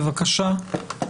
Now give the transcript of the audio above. בבקשה.